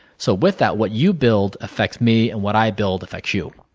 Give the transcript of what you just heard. so, with that what you build affects me and what i build affects you.